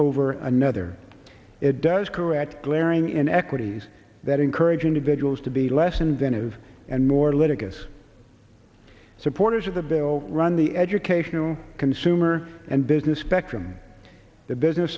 over another it does correct glaring inequities that encourage individuals to be less inventive and more litigious supporters of the bill run the educational consumer and business spectrum the business